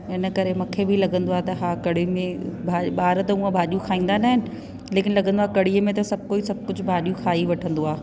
इन करे मूंखे बि लॻंदो आहे त हा कड़ी में ॿार त हुअं भाॼियूं खाईंदा न आहिनि लेकिन लॻंदो आहे कड़ीअ में त सभु कोई सभु कुझु भाॼियूं खाई वठंदो आहे